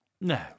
No